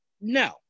No